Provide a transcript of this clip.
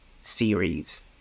series